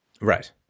Right